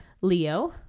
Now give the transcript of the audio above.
Leo